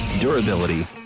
durability